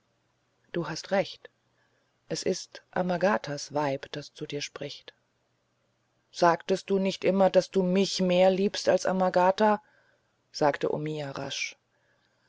du hast recht es ist amagatas weib das zu dir spricht sagtest du nicht immer daß du mich mehr liebst als amagata sagte omiya rasch